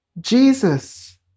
Jesus